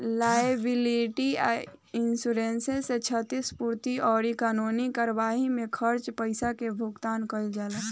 liability insurance से क्षतिपूर्ति अउरी कानूनी कार्यवाई में खर्च पईसा के भुगतान कईल जाला